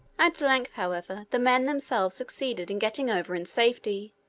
at length, however, the men themselves succeeded in getting over in safety,